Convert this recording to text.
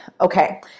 okay